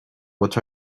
what